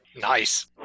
Nice